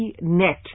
net